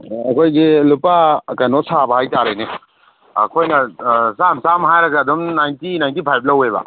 ꯑꯩꯈꯣꯏꯒꯤ ꯂꯨꯄꯥ ꯀꯩꯅꯣ ꯁꯥꯕ ꯍꯥꯏꯇꯥꯔꯦꯅꯦ ꯑꯩꯈꯣꯏꯅ ꯆꯥꯝ ꯆꯥꯝ ꯍꯥꯏꯔꯒ ꯑꯗꯨꯝ ꯅꯥꯏꯟꯇꯤ ꯅꯥꯏꯟꯇꯤ ꯐꯥꯏꯚ ꯂꯧꯋꯦꯕ